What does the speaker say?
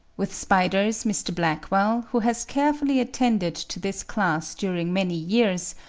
with spiders, mr. blackwall, who has carefully attended to this class during many years,